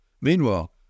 Meanwhile